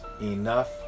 enough